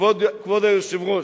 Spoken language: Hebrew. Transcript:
כבוד היושב-ראש,